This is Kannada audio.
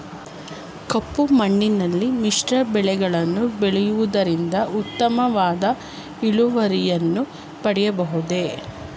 ಕಪ್ಪು ಮಣ್ಣಿನಲ್ಲಿ ಮಿಶ್ರ ಬೆಳೆಗಳನ್ನು ಬೆಳೆಯುವುದರಿಂದ ಉತ್ತಮವಾದ ಇಳುವರಿಯನ್ನು ಪಡೆಯಬಹುದೇ?